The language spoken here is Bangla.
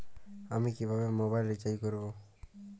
আমি কিভাবে মোবাইল রিচার্জ করব?